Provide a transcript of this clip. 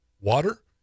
water